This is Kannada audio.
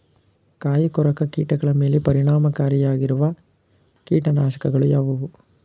ಕಾಯಿಕೊರಕ ಕೀಟಗಳ ಮೇಲೆ ಪರಿಣಾಮಕಾರಿಯಾಗಿರುವ ಕೀಟನಾಶಗಳು ಯಾವುವು?